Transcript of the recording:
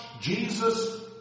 Jesus